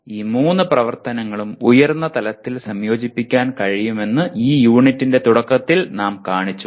ഈ മൂന്ന് പ്രവർത്തനങ്ങളും ഉയർന്ന തലത്തിൽ സംയോജിപ്പിക്കാൻ കഴിയുമെന്ന് ഈ യൂണിറ്റിന്റെ തുടക്കത്തിൽ നാം കാണിച്ചു